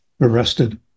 arrested